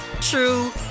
true